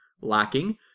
lacking